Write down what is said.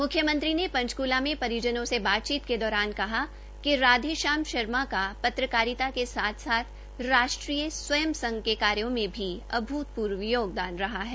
मुख्यमंत्री ने पंचकुला में परिजनों से बातचीत के दौरान कहा कि राधे श्याम शर्मा का पत्रकारिता के साथ साथ राष्ट्रीय स्वयं संघ के कार्यों में भी अभूतपूर्व योगदान रहा है